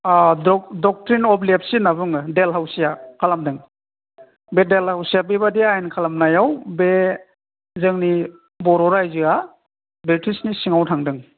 doctrine of lapse होनना बुङो देलहाउसिया खालामदों बे देलहाउसिया बेबादि आयेन खालामनायाव बे जोंनि बर' रायजोआ ब्रिटिशनि सिङाव थांदों